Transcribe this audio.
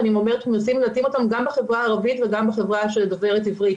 ואני אומרת שמנסים להתאים אותם גם בחברה הערבית וגם בחברה שדוברת עברית.